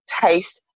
taste